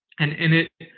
and in it,